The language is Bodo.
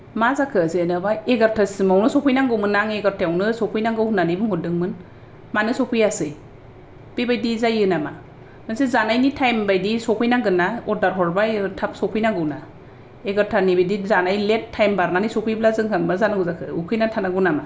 मा जाखो जेनेबा एघारतासिमावनो सफैनांगौमोन आङो एघारतायावनो सफैनांगौ होन्नानै बुंहरदोंमोन मानो सफैयासै बेबायदि जायो नामा मोनसे जानायनि थायम बायदि सफैनांगोन ना अर्दार हरबाय थाब सफैनांगौना एघारतानि बायदि जानाय लेत थायम बारनानै सफैब्ला जोंहा मा जानांगौ जाखो उखैनानै थानांगौ नामा